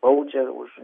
baudžia už